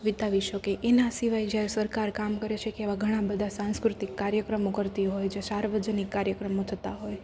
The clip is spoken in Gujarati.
વીતાવી શકે એના સિવાય જ્યારે સરકાર કામ કરે છે એવા ઘણાં બધાં સાંસ્કૃતિક કાર્યક્રમો કરતી હોય છે સાર્વજનિક કાર્યક્રમો થતાં હોય